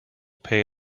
pay